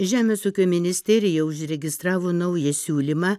žemės ūkio ministerija užregistravo naują siūlymą